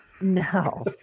No